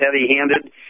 heavy-handed